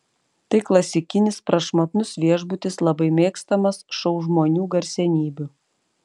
tai klasikinis prašmatnus viešbutis labai mėgstamas šou žmonių garsenybių